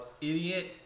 Idiot